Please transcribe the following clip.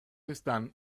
están